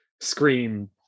scream